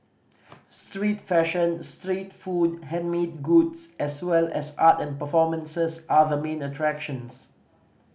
street fashion street food handmade goods as well as art and performances are the main attractions